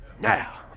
now